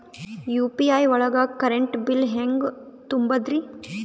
UPI ಒಳಗ current bill ಹೆಂಗ್ ತುಂಬದ್ರಿ?